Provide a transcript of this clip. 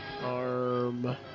Arm